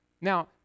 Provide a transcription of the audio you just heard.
Now